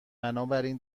بنابراین